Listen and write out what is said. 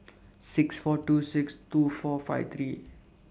six four two six two four five three